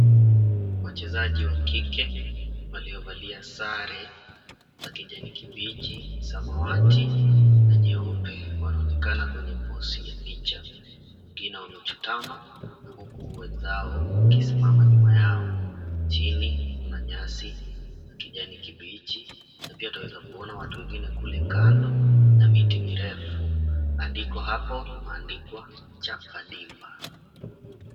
Wachezaji wa kike waliovalia sare za kijani kibichi, samawati na nyeupe, wanaonekana kwenye pozi ya picha. Wengine wamechutama na huku wenzao wakisimama nyuma yao. Chini kuna nyasi za kijani kibichi na pia utaweza kuona watu wengine kule kando na miti mirefu. Aandiko hapo kumeandikwa, Chapa Dimba.